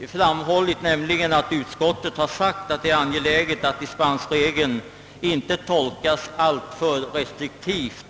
har framhållits, nämligen att utskottsreservanterna har sagt att det är angeläget att dispensregeln inte tolkas alltför restriktivt.